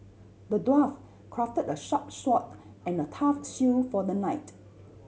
the dwarf crafted a sharp sword and a tough shield for the knight